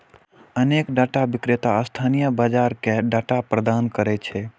अनेक डाटा विक्रेता स्थानीय बाजार कें डाटा प्रदान करै छै